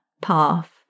path